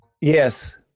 Yes